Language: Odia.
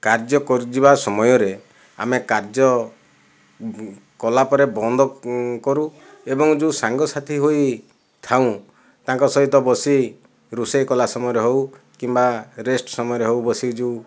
କାର୍ଯ୍ୟ କରି ଯିବା ସମୟରେ ଆମେ କାର୍ଯ୍ୟ କଲା ପରେ ବନ୍ଦ କରୁ ଏବଂ ଯୋଉ ସାଙ୍ଗସାଥି ହୋଇ ଥାଉଁ ତାଙ୍କ ସହିତ ବସି ରୋଷେଇ କଲା ସମୟରେ ହେଉ କିମ୍ବା ରେଷ୍ଟ୍ ସମୟରେ ହେଉ ବସିକି ଯୋଉ